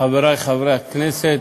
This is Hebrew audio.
חברי חברי הכנסת,